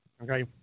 Okay